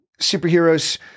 superheroes